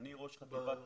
אני ראש חטיבת